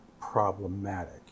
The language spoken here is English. problematic